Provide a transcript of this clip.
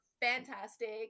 fantastic